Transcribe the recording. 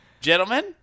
Gentlemen